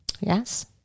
Yes